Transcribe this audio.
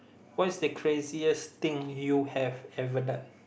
what's the craziest thing you have ever done